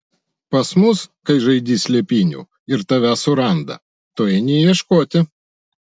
pas mus kai žaidi slėpynių ir tave suranda tu eini ieškoti